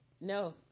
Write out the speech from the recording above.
No